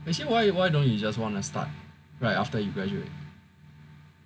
actually why why don't you start right after you graduate